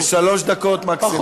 שלוש דקות מקסימום.